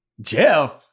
Jeff